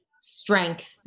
strength